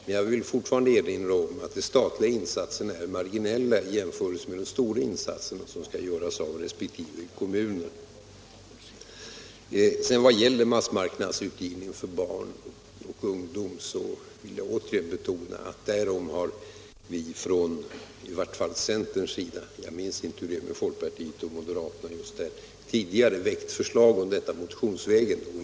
Men jag vill erinra om att de statliga insatserna måste förbli marginella i jämförelse med de stora insatserna, som skall göras av resp. kommuner. När det gäller massmarknadsutgivning för barn och ungdom vill jag återigen betona att i varje fall centern — jag minns inte hur det är med folkpartiet och moderaterna på den punkten — tidigare motionsvägen väckt förslag om detta.